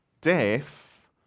Death